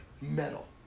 metal